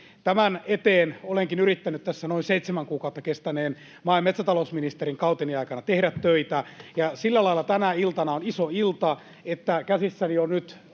Tämän eteen olenkin yrittänyt tässä noin seitsemän kuukautta kestäneen maa- ja metsätalousministerikauteni aikana tehdä töitä. Ja sillä lailla tänä iltana on iso ilta, että käsissäni on nyt